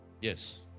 Yes